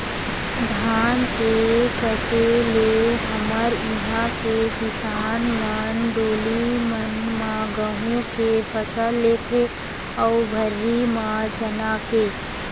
धान के कटे ले हमर इहाँ के किसान मन डोली मन म गहूँ के फसल लेथे अउ भर्री म चना के